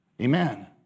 Amen